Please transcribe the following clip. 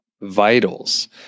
vitals